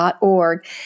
.org